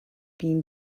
being